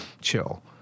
chill